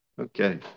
Okay